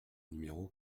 numéro